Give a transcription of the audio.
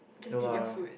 no lah